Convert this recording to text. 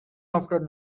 after